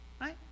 right